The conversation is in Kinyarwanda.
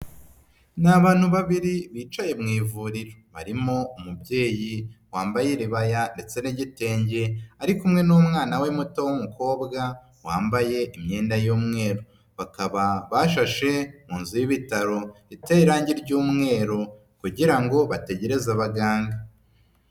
Ni abantu babiri bicaye mu ivuriro, barimo umubyeyi wambaye iribaya ndetse n'igitenge, ari kumwe n'umwana we muto w'umukobwa wambaye imyenda y'umweru, bakaba bashashe mu nzu y'ibitaro iteye irangi ry'umweru kugira ngo bategereze abaganga.